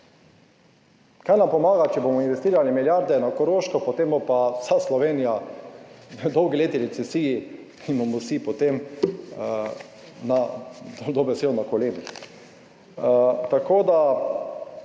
Kaj nam pomaga, če bomo investirali milijarde na Koroško, potem bo pa vsa Slovenija v dolgoletni recesiji in bomo vsi potem dobesedno na kolenih.